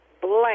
blank